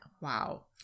Wow